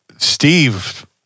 Steve